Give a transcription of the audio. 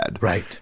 Right